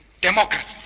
democracy